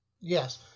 yes